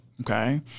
Okay